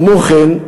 כמו כן,